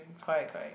correct correct